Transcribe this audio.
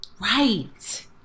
Right